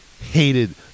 hated